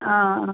ആ അ